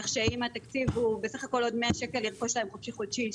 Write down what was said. כך שאם התקציב הוא עוד 100 שקל לרכוש להם חופשי חודשי,